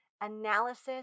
analysis